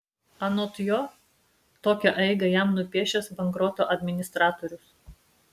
anot jo tokią eigą jam nupiešęs bankroto administratorius